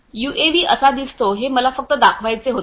UAV असा दिसतो हे मला फक्त दाखवायचे होते